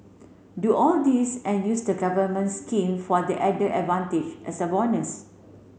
do all this and use the government scheme for the added advantage as a bonus